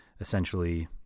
essentially